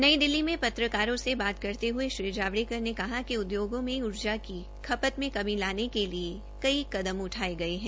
नई दिल्ली में पत्रकारों से बातचीत करते हये श्री जावड़ेकर ने कहा कि उद्योगों में ऊर्जा की खपत में कमी लाने के लिए कई कदम उठाये गये हैं